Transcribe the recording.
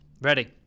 Ready